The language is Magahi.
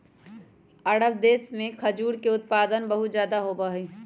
अरब देश में खजूर के उत्पादन बहुत ज्यादा होबा हई